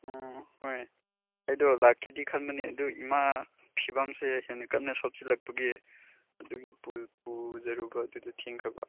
ꯑꯣ ꯍꯣꯏ ꯑꯩꯗꯣ ꯂꯥꯛꯀꯦꯗꯤ ꯈꯟꯕꯅꯦ ꯑꯗꯨ ꯏꯃꯥ ꯐꯤꯕꯝꯁꯦ ꯍꯦꯟꯅ ꯀꯟꯅ ꯁꯣꯛꯆꯤꯜꯂꯛꯄꯒꯤ ꯑꯗꯨꯒꯤ ꯄꯨꯖꯔꯨꯕ ꯑꯗꯨꯗ ꯊꯦꯡꯈ꯭ꯔꯕ